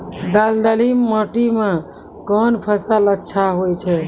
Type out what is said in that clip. दलदली माटी म कोन फसल अच्छा होय छै?